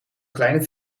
kleine